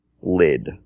lid